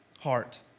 heart